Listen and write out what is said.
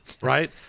right